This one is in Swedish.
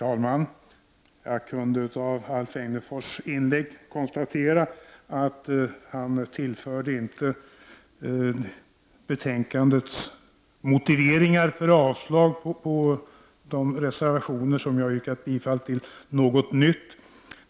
Herr talman! Alf Egnerfors tillförde inte betänkandets motiveringar för avslag på de reservationer som jag har yrkat bifall till något nytt.